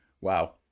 wow